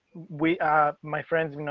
we are my friends, you know,